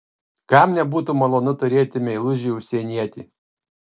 kam nebūtų malonu turėti meilužį užsienietį